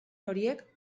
horiek